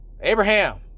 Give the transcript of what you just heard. Abraham